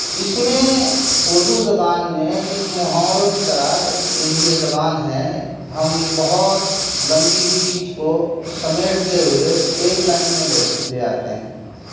اس میں اردو زبان میں ایک محاوروں کی طرح ایک یہ زبان ہے ہم بہت لمبی اسپیچ کو سمیٹتے ہوئے ایک لائن میں لے آتے ہیں